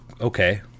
okay